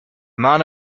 man